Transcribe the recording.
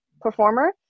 performer